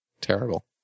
Terrible